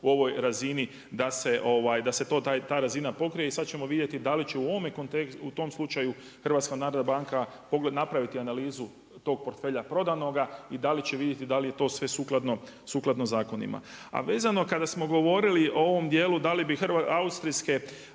u ovoj razini da se ta razina pokrije. I sada ćemo vidjeti da li će u tom slučaju HNB napraviti analizu tog portfelja prodanoga i da će vidjeti da li je to sve sukladno zakonima. A vezano kada smo govorili o ovom dijelu kako bi austrijske